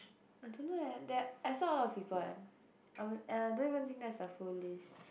I don't know eh that I saw a lot of people eh I mean~ and I don't even think that's the full list